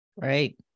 Great